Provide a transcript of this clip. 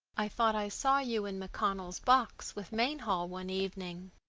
i thought i saw you in macconnell's box with mainhall one evening,